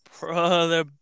Brother